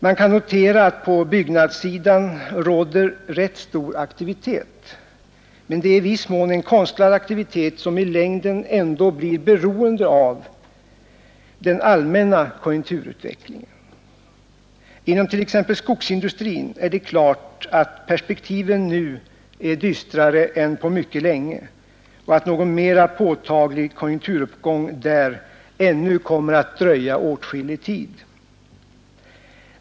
Man kan notera att på byggnadssidan råder rätt stor aktivitet, men det är i viss mån en konstlad aktivitet, som i längden ändå blir beroende av den allmänna konjunkturutvecklingen. Inom t.ex. skogsindustrin är det klart att perspektiven nu är dystrare än på mycket länge och att någon mera påtaglig konjunkturuppgång där ännu kommer att dröja åtskillig tid.